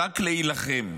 רק להילחם,